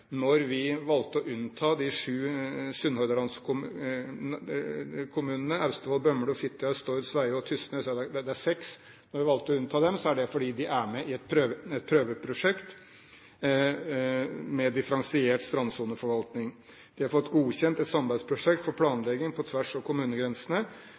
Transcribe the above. vi valgte å unnta de seks sunnhordlandskommunene Austevoll, Bømlo, Fitjar, Stord, Sveio og Tysnes, er det fordi de er med i et prøveprosjekt med differensiert strandsoneforvaltning. De har fått godkjent et samarbeidsprosjekt for